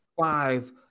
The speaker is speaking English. five